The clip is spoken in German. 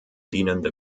dienende